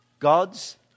God's